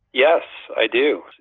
yes, i do.